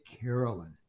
Carolyn